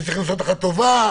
היא עושה לך טובה,